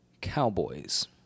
Cowboys